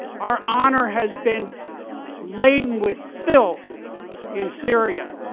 our honor has been laden with filth in syria.